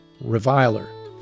reviler